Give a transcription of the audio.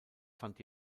fand